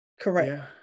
correct